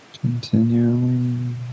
Continually